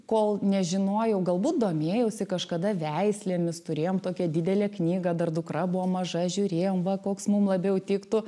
kol nežinojau galbūt domėjausi kažkada veislėmis turėjom tokią didelę knygą dar dukra buvo maža žiūrėjom va koks mum labiau tiktų